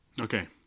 Okay